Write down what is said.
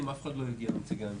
אף אחד לא הגיע מנציגי הממשלה.